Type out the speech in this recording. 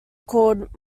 called